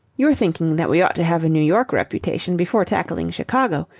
you're thinking that we ought to have a new york reputation before tackling chicago.